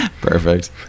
Perfect